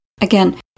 Again